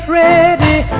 ready